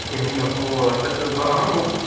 एवम् ओ तत्तु भोः अहम् उक्